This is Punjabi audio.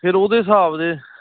ਫਿਰ ਉਹਦੇ ਹਿਸਾਬ ਦੇ